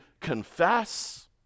confess